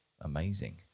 amazing